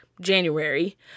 January